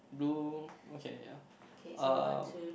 blue okay yeah uh